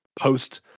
post